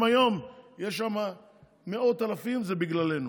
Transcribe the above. אם היום יש שם מאות אלפים, זה בגללנו.